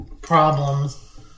problems